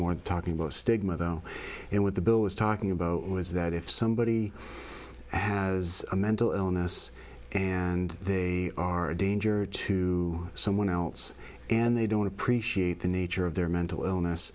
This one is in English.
more talking about stigma though and with the bill was talking about was that if somebody has a mental illness and they are a danger to someone else and they don't appreciate the nature of their mental illness